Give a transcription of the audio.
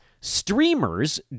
streamers